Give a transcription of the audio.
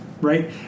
right